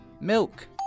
Milk